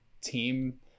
team